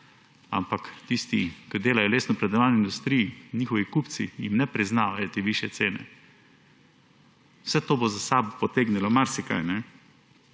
Ampak tistim, ki delajo v lesnopredelovalni industriji, njihovi kupci ne priznavajo te višje cene. Vse to bo za sabo potegnilo marsikaj.